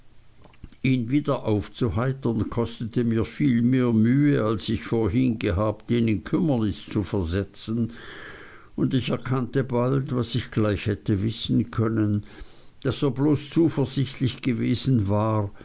ihn wieder aufzuheitern kostete mir viel mehr mühe als ich vorhin gehabt ihn in kümmernis zu versetzen und ich erkannte bald was ich gleich hätte wissen können daß er bloß zuversichtlich gewesen war